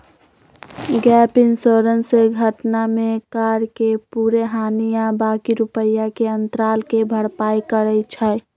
gap insurance से घटना में कार के पूरे हानि आ बाँकी रुपैया के अंतराल के भरपाई करइ छै